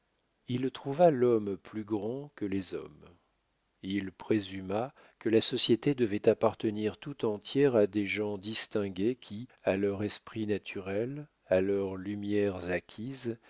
il trouva l'homme plus grand que les hommes il présuma que la société devait appartenir tout entière à des gens distingués qui à leur esprit naturel à leurs lumières acquises